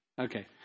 Okay